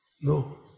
No